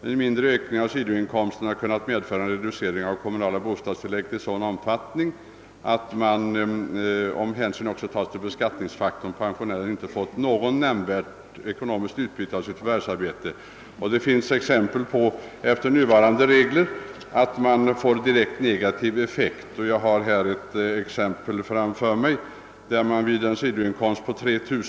En mindre ökning av sidoinkomsten har kunnat medföra en reducering av det kommunala bostadstillägget av en sådan omfattning att om hänsyn också tas till beskattningsfaktorn pensionären inte fått något nämnvärt ekonomiskt utbyte av sitt förvärvsarbete.» Det finns som sagt exempel på att nuvarande regler givit en direkt negativ effekt vid en ökning av sidoinkomsten.